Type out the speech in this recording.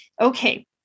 okay